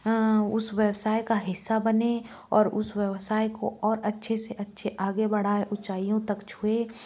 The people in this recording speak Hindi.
उस व्यवसाय का हिस्सा बने और उस व्यवसाय को और अच्छे से अच्छे आगे बढ़ाये ऊँचाइयों तक छुए